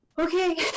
okay